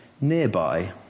nearby